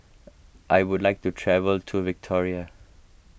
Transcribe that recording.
I would like to travel to Victoria